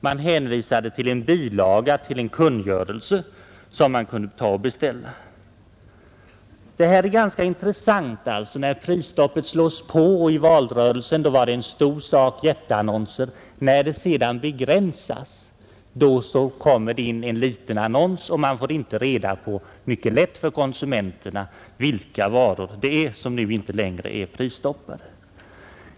Man hänvisade till en bilaga till en kungörelse som kunde beställas. Detta är ganska intressant. När prisstoppet slogs på i valrörelsen var det en stor sak med jätteannonser; när det begränsades kom det in en liten annons. Och konsumenterna fick inte på ett enkelt sätt reda på vilka varor som inte längre var prisstoppade.